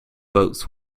votes